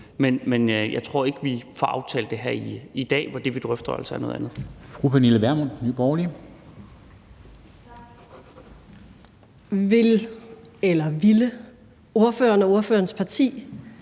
Men jeg tror ikke, at vi får aftalt det her i dag, hvor det, vi drøfter, jo altså er noget andet.